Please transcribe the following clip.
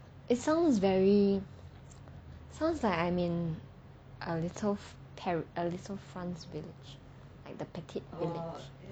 it sounds very sounds like I'm in a little par~ farms village like the pickett village